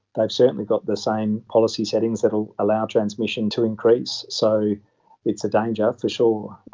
they have certainly got the same policy settings that will allow transmission to increase, so it's a danger, for sure.